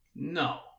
No